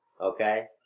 okay